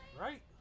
Right